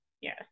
yes